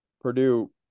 Purdue